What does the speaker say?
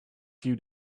few